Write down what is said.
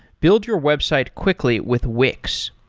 build your website quickly with wix.